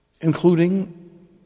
including